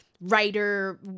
writer